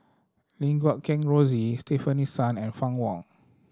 Lim Guat Kheng Rosie Stefanie Sun and Fann Wong